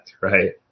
right